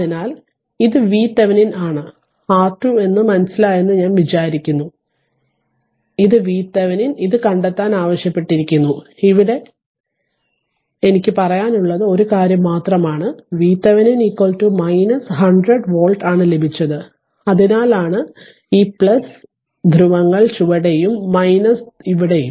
അതിനാൽ ഇത് VThevenin ആണ് R2 എന്ന് മനസ്സിലായെന്നു വിചാരിക്കുന്നു ഇത് VThevenin ഇത് കണ്ടെത്താൻ ആവശ്യപ്പെട്ടിരുന്നു എനിക്ക് ഇവിടെ പറയാനുള്ളത് ഒരു കാര്യം മാത്രമാണ് VThevenin 100 വോൾട്ട് ആണ് ലഭിച്ചത് അതിനാലാണ് ഈ ധ്രുവങ്ങൾ ചുവടെയും ഇവിടെയും